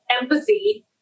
empathy